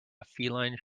feline